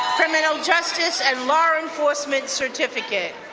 criminal justice and law enforcement certificate.